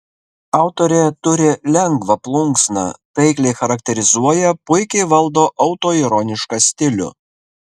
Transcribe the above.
autorė turi lengvą plunksną taikliai charakterizuoja puikiai valdo autoironišką stilių